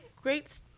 great